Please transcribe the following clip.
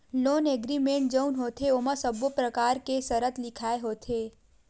loan agreement जउन होथे ओमा सब्बो परकार के सरत लिखाय होथे